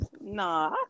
Nah